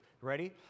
ready